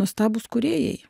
nuostabūs kūrėjai